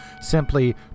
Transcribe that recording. simply